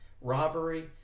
robbery